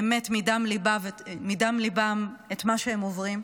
באמת מדם ליבם, על מה שהם עוברים,